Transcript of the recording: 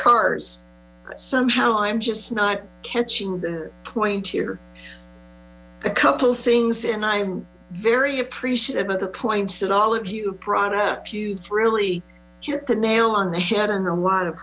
cars somehow i'm just not catching the point here a couple things and i'm very appreciative of the points that all of you brought up you really hit the nail on the head and a lot of